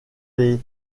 les